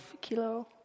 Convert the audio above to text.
kilo